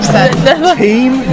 Team